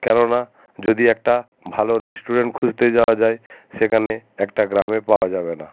কেন না যদি একটা ভালো রেস্টুরেন্ট খুঁজতে যাওয়া যায় সেখানে একটা গ্রামে পাওয়া যাবে না